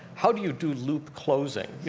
how do you do loop closing? you